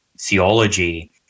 theology